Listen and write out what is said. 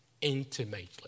intimately